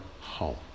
home